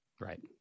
right